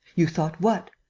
you thought what?